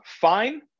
fine